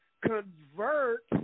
convert